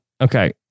Okay